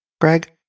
Greg